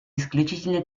исключительно